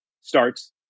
starts